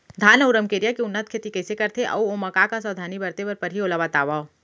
धान अऊ रमकेरिया के उन्नत खेती कइसे करथे अऊ ओमा का का सावधानी बरते बर परहि ओला बतावव?